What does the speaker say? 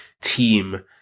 team